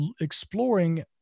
exploring